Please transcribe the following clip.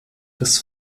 dass